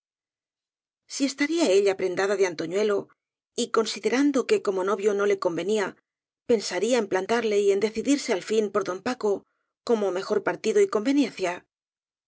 si estaría ella prendada de antoñuelo y consi derando que como novio no le convenía pensaría en plantarle y en decidirse al fin por don paco como mejor partido y conveniencia